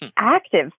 active